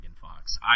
Fox